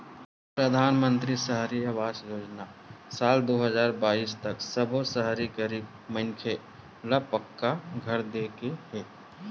परधानमंतरी सहरी आवास योजना म साल दू हजार बाइस तक सब्बो सहरी गरीब मनखे ल पक्का घर दे के हे